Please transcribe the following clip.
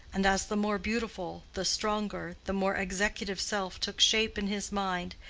and as the more beautiful, the stronger, the more executive self took shape in his mind,